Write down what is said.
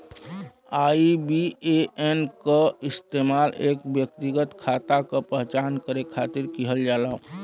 IBAN क इस्तेमाल एक व्यक्तिगत खाता क पहचान करे खातिर किहल जाला